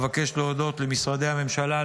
אבקש להודות למשרדי הממשלה,